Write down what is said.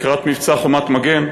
לקראת מבצע "חומת מגן".